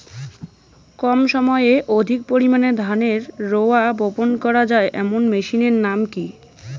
কম সময়ে অধিক পরিমাণে ধানের রোয়া বপন করা য়ায় এমন মেশিনের নাম কি?